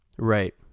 Right